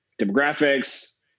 demographics